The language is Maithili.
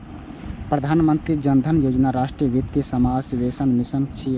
प्रधानमंत्री जन धन योजना राष्ट्रीय वित्तीय समावेशनक मिशन छियै